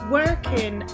working